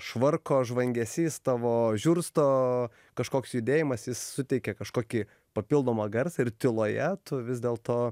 švarko žvangesys tavo žiursto kažkoks judėjimas jis suteikia kažkokį papildomą garsą ir tyloje tu vis dėlto